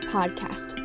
Podcast